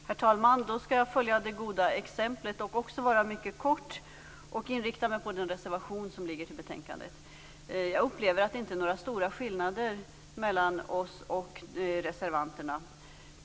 Herr talman! Jag skall följa det goda exemplet och också fatta mig mycket kort. Jag skall inrikta mig på den reservation som ligger till betänkandet. Jag upplever att det inte är några stora skillnader mellan oss och reservanterna.